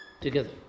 together